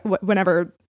whenever